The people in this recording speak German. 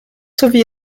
sowie